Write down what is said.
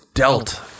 dealt